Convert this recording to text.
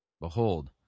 Behold